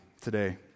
today